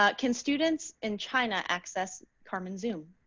ah can students in china access carmen zoom